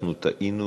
אנחנו טעינו.